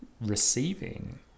receiving